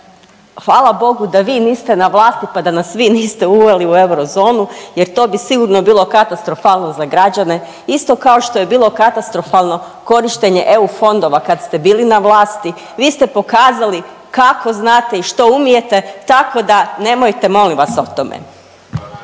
hvala Bogu da vi niste na vlasti pa da nas vi niste uveli u eurozonu jer to bi sigurno bilo katastrofalno za građane, isto kao što je bilo katastrofalno korištenje EU fondova kad ste bili na vlasti. Vi ste pokazali kako znate i što umijete, tako da, nemojte, molim vas, o tome.